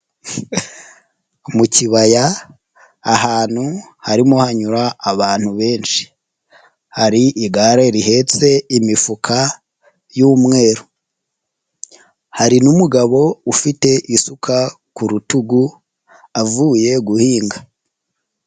Mu kibaya ahantu harimo hanyura abantu benshi, hari igare rihetse imifuka y'umweru, hari n'umugabo ufite isuka ku rutugu avuye guhinga.